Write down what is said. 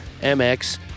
MX